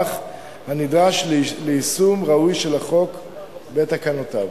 הנדרש ליישום ראוי של החוק ותקנותיו.